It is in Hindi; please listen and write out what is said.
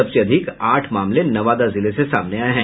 सबसे अधिक आठ मामले नवादा जिले से सामने आये है